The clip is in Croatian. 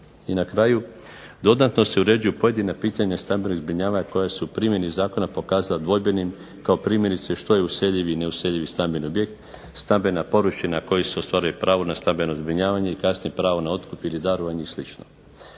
I na kraju, dodatno se uređuju pojedina pitanja stambenog zbrinjavanja koja su u primjeni zakona pokazala dvojbenim kao primjerice što je useljivi i neuseljivi stambeni objekt, stambena površina na koju se ostvaruje pravo na stambeno zbrinjavanje, i kasnije pravo na otkup ili darovanje i